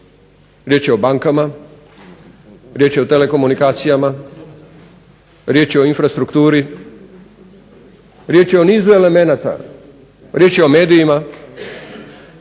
Riječ je o bankama, riječ je o telekomunikacijama, riječ je o infrastrukturi, riječ je o nizu elemenata, riječ je o medijima.